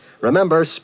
Remember